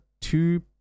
two